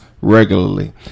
regularly